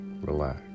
relax